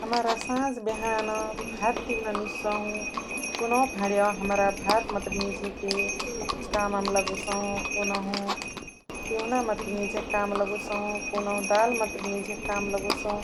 हमरा सझ्बिहान भात तिउना निझसहु कुनुहु भणियावा हमरा भात मतरे निझक काम मा लग्सहु, कुनुहु तिउना मतरे निझक काम लगोसहु, कुनुहु दाल मतरे निझक काम लगोसहु,